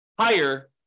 higher